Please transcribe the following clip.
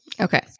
Okay